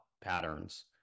patterns